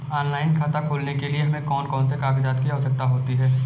Online खाता खोलने के लिए हमें कौन कौन से कागजात की आवश्यकता होती है?